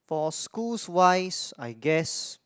for schools wise I guess